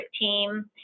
team